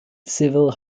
civil